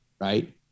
right